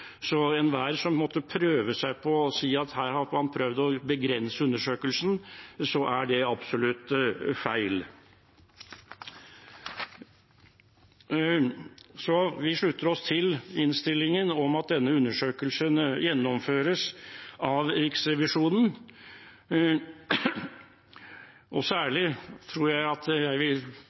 Så til enhver som måtte prøve seg på å si at man her har forsøkt å begrense undersøkelsen: Det er absolutt feil. Vi slutter oss til innstillingen om at denne undersøkelsen gjennomføres av Riksrevisjonen. Særlig vil jeg personlig nevne at